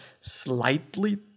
slightly